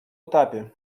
этапе